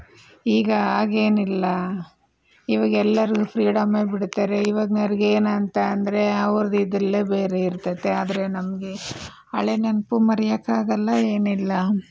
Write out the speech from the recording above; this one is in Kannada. ಈಗ ಹಾಗೇನಿಲ್ಲ ಇವಾಗೆಲ್ಲರೂ ಫ್ರೀಡಮ್ಮೆ ಬಿಡ್ತಾರೆ ಈಗಿನವ್ರಿಗೆ ಏನಂತ ಅಂದರೆ ಅವರದ್ದು ಬೇರೆ ಇರ್ತೈತೆ ಆದರೆ ನಮಗೆ ಹಳೆಯ ನೆನಪು ಮರೆಯೋಕ್ಕಾಗಲ್ಲ ಏನಿಲ್ಲ